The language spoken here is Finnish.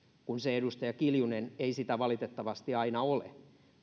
kun se edustaja kiljunen ei sitä valitettavasti aina ole